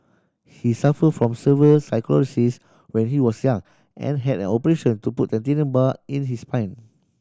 he suffered from severe sclerosis when he was young and had an operation to put titanium bar in his spine